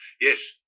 Yes